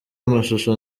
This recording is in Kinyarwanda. amashusho